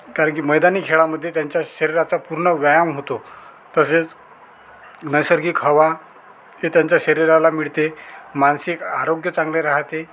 कारण की मैदानी खेळामध्ये त्यांच्या शरीराचा पूर्ण व्यायाम होतो तसेच नैसर्गिक हवा हे त्यांच्या शरीराला मिळते मानसिक आरोग्य चांगले राहते